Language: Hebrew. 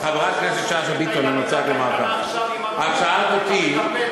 לחברת הכנסת שאשא ביטון אני רוצה רק לומר ככה: את שאלת אותי,